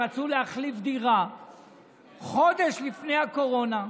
רצו להחליף דירה חודש לפני הקורונה,